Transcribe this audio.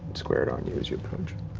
squared on you as your approach.